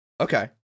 Okay